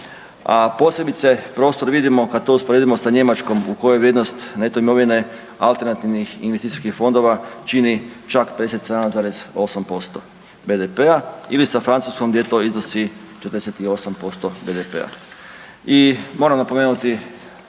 a posebice prostor vidimo kad to usporedimo sa Njemačkoj u kojoj je vrijednost neto imovine alternativnih investicijskih fondova čini čak 57,8% BDP-a ili sa Francuskom gdje to iznosi 48% BDP-a. I moram napomenuti